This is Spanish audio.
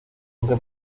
aunque